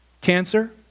Cancer